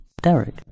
Derek